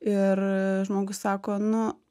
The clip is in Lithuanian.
ir žmogus sako nu